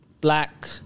Black